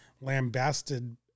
lambasted